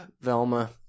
Velma